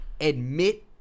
admit